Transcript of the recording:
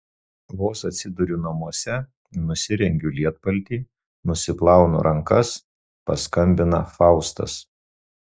vos atsiduriu namuose nusirengiu lietpaltį nusiplaunu rankas paskambina faustas